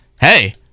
hey